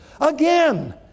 Again